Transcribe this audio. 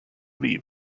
leave